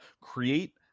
create